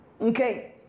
Okay